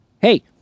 Hey